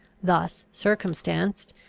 thus circumstanced,